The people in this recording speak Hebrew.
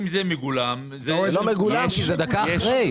אם זה מגולם --- זה לא מגלם כי זה דקה אחרי.